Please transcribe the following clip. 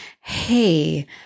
Hey